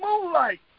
moonlight